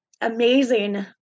amazing